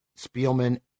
Spielman